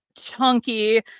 chunky